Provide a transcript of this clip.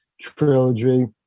trilogy